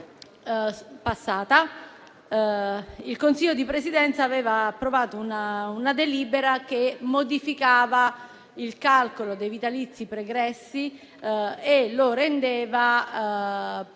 legislatura, il Consiglio di Presidenza aveva approvato una delibera che modificava il calcolo dei vitalizi pregressi e lo rendeva